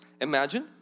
Imagine